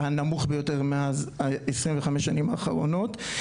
הנמוך ביותר מאז 25 שנים האחרונות.